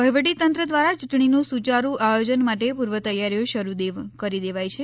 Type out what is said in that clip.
વહીવટી તંત્ર દ્વારા ચૂંટણીના સૂચરું આયોજન માટે પૂર્વ તૈયારીઑ શરૂ કરી દેવાઈ છે